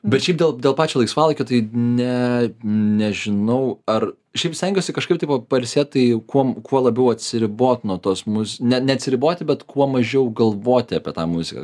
bet šiaip dėl dėl pačio laisvalaikio tai ne nežinau ar šiaip stengiuosi kažkaip tipo pailsėt tai kuom kuo labiau atsiribot nuo tos muz ne neatsiriboti bet kuo mažiau galvoti apie tą muziką